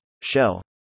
Shell